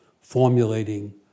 formulating